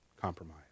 compromise